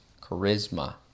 charisma